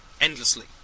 endlessly